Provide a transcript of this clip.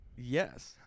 Yes